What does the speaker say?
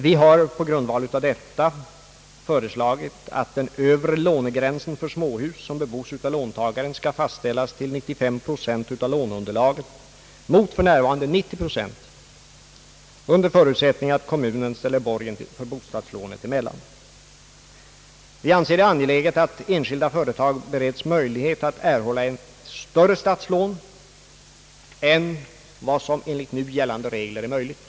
Vi har på grundval av detta föreslagit ati den övre lånegränsen för småhus som bebos av låntagaren skall fastställas till 95 procent av låneunderlaget mot för närvarande 90 procent, under förutsättning att kommunen ställer borgen för den övre delen av bostadslånet. Vi anser det angeläget att enskilda företag beredes möjlighet att erhålla större statslån än vad som enligt nu gällande regler är möjligt.